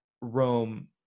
Rome